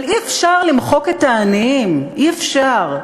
אבל אי-אפשר למחוק את העניים, אי-אפשר.